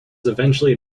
eventually